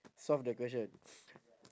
solve the question